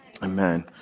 Amen